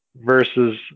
versus